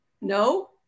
No